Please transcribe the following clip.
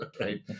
right